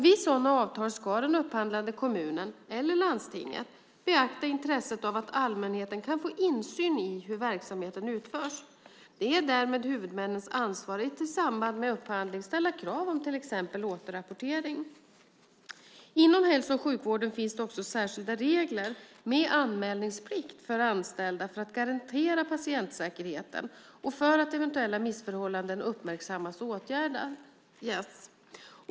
Vid sådana avtal ska den upphandlande kommunen eller landstinget beakta intresset av att allmänheten kan få insyn i hur verksamheten utförs. Det är därmed huvudmännens ansvar att i samband med upphandling ställa krav om till exempel återrapportering. Inom hälso och sjukvården finns det också särskilda regler med anmälningsplikt för anställda för att garantera patientsäkerheten och för att eventuella missförhållanden uppmärksammas och åtgärdas.